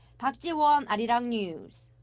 park ji-won, arirang news.